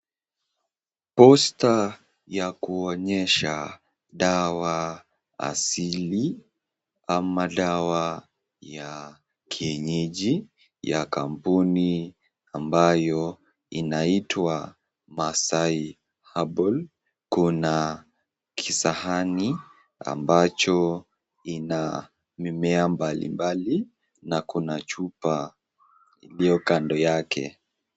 Poster,(cs), ya kuonyesha dawa asili, ama dawa ya kienyeji ya kampuni ambayo inaitwa Masai Herbal. Kuna kisahani ambacho ina mimea mbalimbali na kuna chupa iliyokando yake.